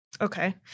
Okay